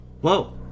Whoa